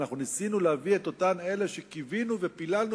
ואנחנו ניסינו להביא את אלה שקיווינו ופיללנו